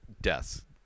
deaths